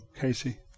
Casey